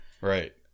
Right